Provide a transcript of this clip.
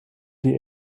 die